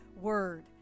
word